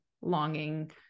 longing